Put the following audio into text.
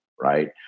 right